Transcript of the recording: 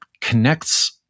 connects